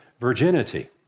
virginity